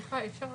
כיום יש גם